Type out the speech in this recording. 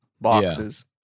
boxes